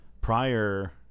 prior